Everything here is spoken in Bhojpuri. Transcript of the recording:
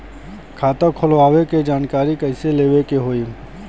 खाता खोलवावे के जानकारी कैसे लेवे के होई?